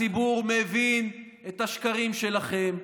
הציבור מבין את השקרים שלכם,